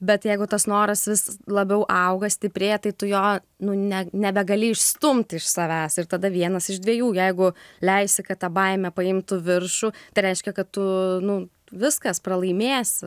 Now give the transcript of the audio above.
bet jeigu tas noras vis labiau auga stiprėja tai tu jo nu ne nebegali išstumti iš savęs ir tada vienas iš dviejų jeigu leisi kad ta baimė paimtų viršų tai reiškia kad tu nu viskas pralaimėsi